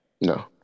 No